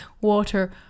water